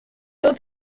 build